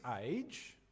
age